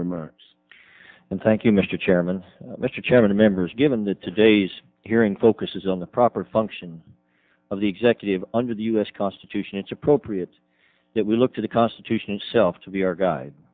remarks and thank you mr chairman mr chairman members given the today's hearing focuses on the proper function of the executive under the u s constitution it's appropriate that we look to the constitution itself to be our guide